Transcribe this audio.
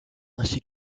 ainsi